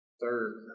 third